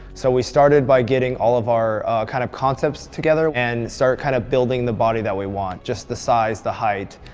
so we started by getting all of our kind of concepts together and start kind of building the body that we want just the size, the height.